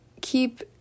keep